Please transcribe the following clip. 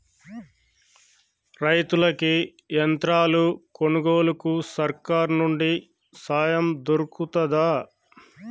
రైతులకి యంత్రాలు కొనుగోలుకు సర్కారు నుండి సాయం దొరుకుతదా?